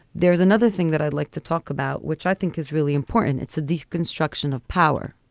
there is another thing that i'd like to talk about, which i think is really important. it's a deconstruction of power.